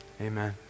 Amen